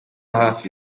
hafi